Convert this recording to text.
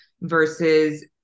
versus